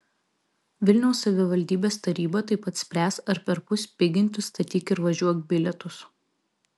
vilniaus savivaldybės taryba taip pat spręs ar perpus piginti statyk ir važiuok bilietus